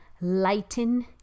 lighten